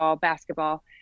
basketball